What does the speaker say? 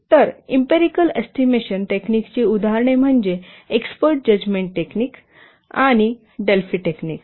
तर empirical estimation टेक्निकची उदाहरणे म्हणजे एक्स्पर्ट जजमेंट टेक्निक आणि डेल्फी टेक्निक